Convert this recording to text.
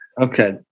Okay